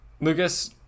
Lucas